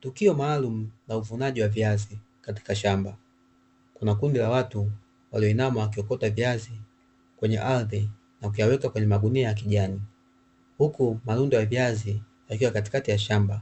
Tukio maalumu la uvunaji wa viazi katika shamba. Kuna kundi la watu walioinama wakiokota viazi kwenye ardhi, wakiyaweka kwenye magunia ya kijani, huku malundo ya viazi, yakiwa katikati ya shamba.